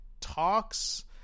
talks